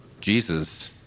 Jesus